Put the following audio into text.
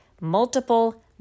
multiple